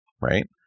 right